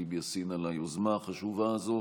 ח'טיב יאסין על היוזמה החשובה הזאת.